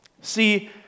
See